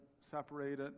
separated